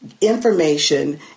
information